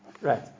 Right